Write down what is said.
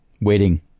waiting